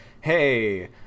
hey